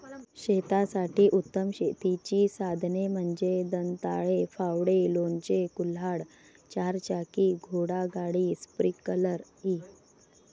शेतासाठी उत्तम शेतीची साधने म्हणजे दंताळे, फावडे, लोणचे, कुऱ्हाड, चारचाकी घोडागाडी, स्प्रिंकलर इ